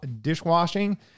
dishwashing